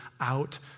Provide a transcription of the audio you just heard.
out